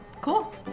Cool